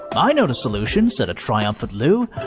i know the solution, said a triumphant lou.